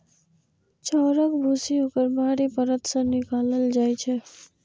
चाउरक भूसी ओकर बाहरी परत सं निकालल जाइ छै